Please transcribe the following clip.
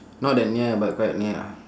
not that near but quite near ah